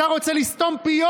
אתה רוצה לסתום פיות.